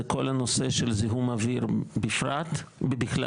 זה כל הנושא של זיהום אוויר, בפרט ובכלל.